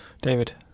David